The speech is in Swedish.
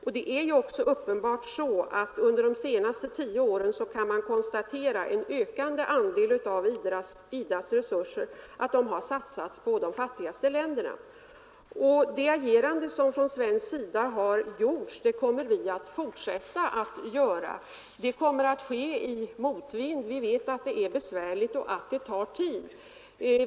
Man kan konstatera att en ökande andel av IDA:s resurser under de senaste tio åren har satsats på de fattigaste länderna. Från svensk sida kommer vi att fortsätta vårt agerande. Det kommer att ske i motvind — vi vet att det är besvärligt och att det tar tid.